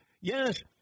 Yes